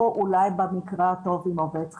או אולי במקרה הטוב עם עובד חדש,